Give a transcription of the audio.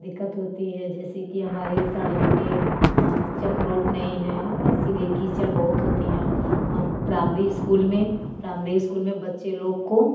दिक्कत होती है जैसे कि हमारे सड़क पर चकरोट नहीं हैं इसीलिए कीचड़ बहुत होती है और प्रामरी स्कूल में प्रामरी स्कूल में बच्चे लोग को